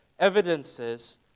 Evidences